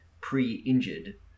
pre-injured